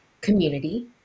community